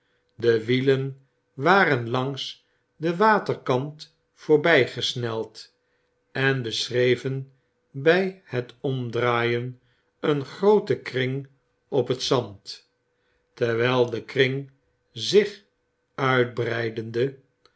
de wielen waren langs den waterkant voorby gesneld en beschreven by het omdraaien een grooten kring op het zand terwijl de kring zich uitbreidende